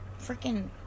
freaking